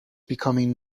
becoming